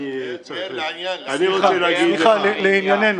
סליחה, לענייננו.